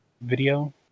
video